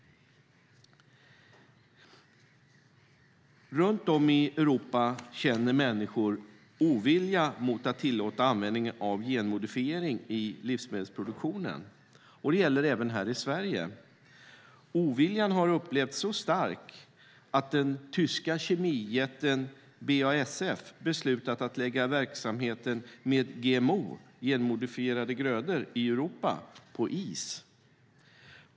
Runt om i Europa känner människor ovilja mot att tillåta användning av genmodifiering i livsmedelsproduktionen. Det gäller även här i Sverige. Oviljan har upplevts så stark att den stora tyska kemijätten BASF har beslutat att lägga verksamheten i Europa med GMO, genmodifierade grödor, på is.